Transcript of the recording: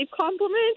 compliment